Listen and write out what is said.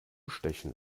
stechen